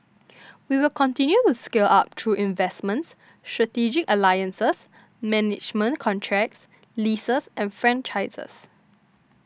we will continue to scale up through investments strategic alliances management contracts leases and franchises